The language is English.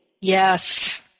Yes